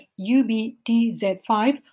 ubtz5